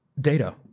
Data